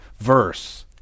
verse